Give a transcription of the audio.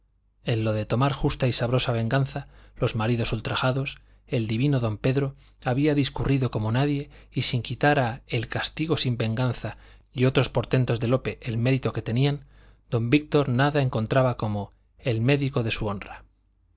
en lo de tomar justa y sabrosa venganza los maridos ultrajados el divino don pedro había discurrido como nadie y sin quitar a el castigo sin venganza y otros portentos de lope el mérito que tenían don víctor nada encontraba como el médico de su honra